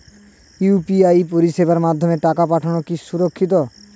UPI পরিষেবার মাধ্যমে টাকা পাঠানো কি সুরক্ষিত?